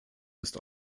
ist